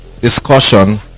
discussion